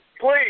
please